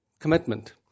commitment